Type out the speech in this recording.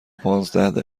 پانزده